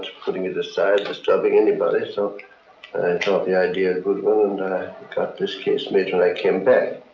putting it aside and disturbing anybody so i and thought the idea a good one and i got this case made when i came back.